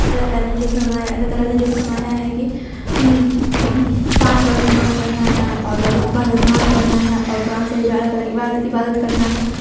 اللہ تعالی نے جو فرمایا اللہ تعالی نے جو فرمایا ہے کہ پانچ وقت نماز پرھنا ہے اور پانچ وقت نماز پرھنا ہے اور قرآن شریف اللہ تعالی کی عبادت عبادت کرنا ہے